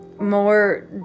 more